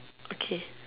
okay